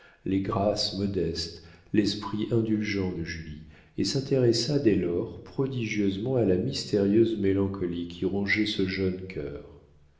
les grâces modestes l'esprit indulgent de julie et s'intéressa dès lors prodigieusement à la mystérieuse mélancolie qui rongeait ce jeune cœur